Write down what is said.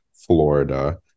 Florida